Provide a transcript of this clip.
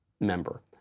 member